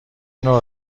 نوع